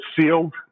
sealed